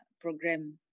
program